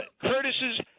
Curtis's